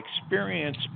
experience